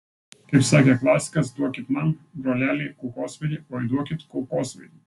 kaip sakė klasikas duokit man broleliai kulkosvaidį oi duokit kulkosvaidį